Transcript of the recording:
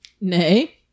Nay